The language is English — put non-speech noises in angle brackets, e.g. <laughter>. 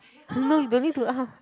<noise> no you don't need to <laughs>